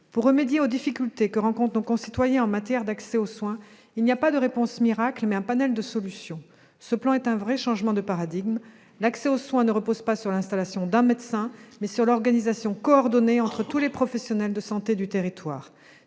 Pour remédier aux difficultés que rencontrent nos concitoyens en matière d'accès aux soins, il n'y a pas de réponse miracle, mais un panel de solutions. Ce plan représente un vrai changement de paradigme. L'accès aux soins repose non pas sur l'installation d'un médecin, mais sur l'organisation coordonnée entre tous les professionnels de santé du territoire.